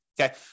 Okay